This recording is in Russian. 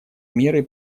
меры